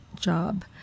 job